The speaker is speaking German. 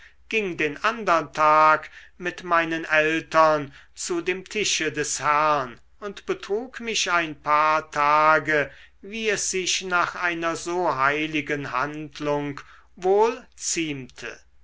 ging den andern tag mit meinen eltern zu dem tische des herrn und betrug mich ein paar tage wie es sich nach einer so heiligen handlung wohl ziemte